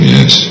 Yes